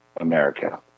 America